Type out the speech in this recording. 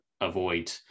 avoid